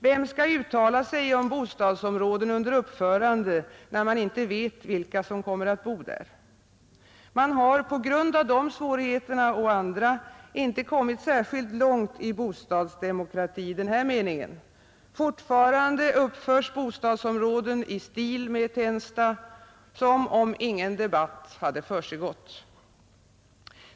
Vem skall uttala sig om bostadsområden under uppförande, när man inte vet vilka som kommer att bo där? På grund av dessa svårigheter och andra svårigheter har vi inte kommit särskilt långt i bostadsdemokrati i denna mening. Fortfarande uppförs bostadsområden i stil med Tensta, som om ingen debatt hade försiggått.